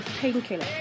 painkiller